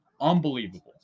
unbelievable